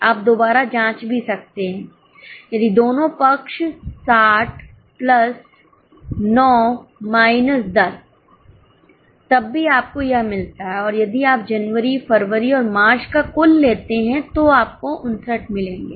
आप दोबारा जांच भी सकते हैं यदि दोनों पक्ष 60 प्लस 9 माइनस 10 तब भी आपको यह मिलता है और यदि आप जनवरी फरवरी और मार्च का कुल लेते हैं तो आपको 59 मिलेंगे